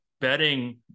betting